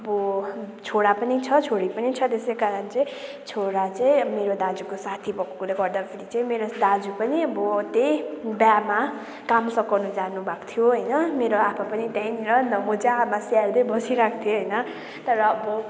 अब छोरा पनि छ छोरी पनि छ त्यसै कारण चाहिँ छोरा चाहिँ मेरो दाजुको साथी भएकोले गर्दाखेरि चाहिँ मेरो दाजु पनि अब त्यही बिहामा काम सघाउनु जानुभएको थियो होइन मेरो आप्पा पनि त्यहीँनिर अन्त म चाहिँ आमा स्याहार्दै बसिरहेको थिएँ होइन तर अब